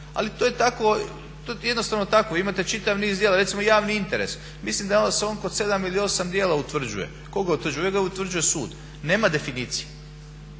to je jednostavno tako. Vi imate čitav niz djela, recimo javni interes, mislim da se on danas kod 7 ili 8 djela utvrđuje. Ko ga utvrđuje? Uvijek ga utvrđuje sud. Nema definicije.